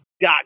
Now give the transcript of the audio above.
Got